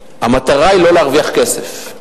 המטרה היא לא להרוויח כסף.